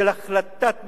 של החלטת ממשלה,